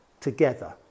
together